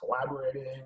collaborating